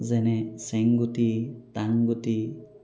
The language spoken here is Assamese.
যেনে চেংগুটি টাংগুটি